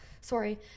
Sorry